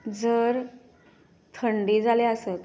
जर थंडी जाल्या आसत